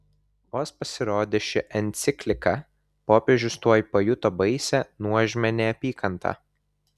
vos pasirodė ši enciklika popiežius tuoj pajuto baisią nuožmią neapykantą